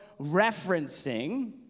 referencing